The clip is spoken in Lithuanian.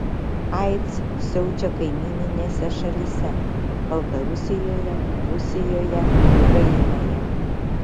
aids siaučia kaimyninėse šalyse baltarusijoje rusijoje ukrainoje